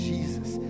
Jesus